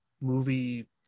movie